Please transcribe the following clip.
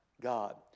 God